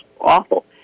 awful